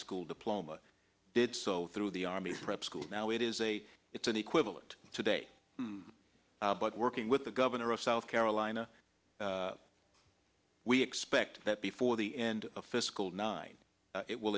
school diploma did so through the army prep school now it is a it's an equivalent today but working with the governor of south carolina we expect that before the end fiscal nine it will